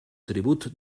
tribut